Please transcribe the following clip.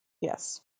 Yes